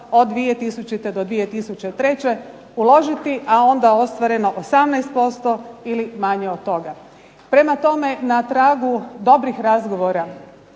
od 2000. do 2003. uložiti, a onda ostvareno 18% ili manje od toga. Prema tome, na tragu dobrih razgovora,